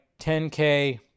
10K